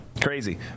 Crazy